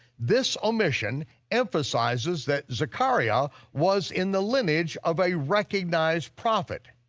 this omission emphasizes that zecharyah was in the lineage of a recognized prophet.